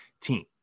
team